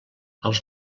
els